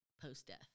post-death